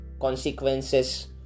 consequences